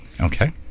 Okay